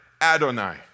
Adonai